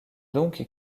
donc